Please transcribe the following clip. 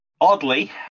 Oddly